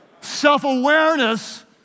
Self-awareness